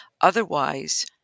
Otherwise